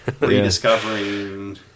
Rediscovering